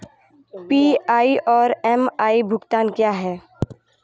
PI और MI भुगतान क्या हैं?